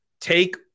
take